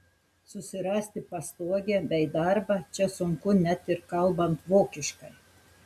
susirasti pastogę bei darbą čia sunku net ir kalbant vokiškai